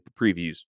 previews